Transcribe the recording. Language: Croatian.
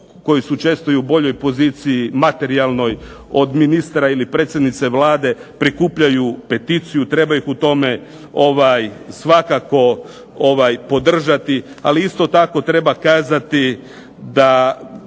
koji su često i u boljoj poziciji materijalnoj od ministra ili predsjednice Vlade prikupljaju peticiju. Treba ih u tome svakako podržati, ali isto tako treba kazati da